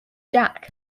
jack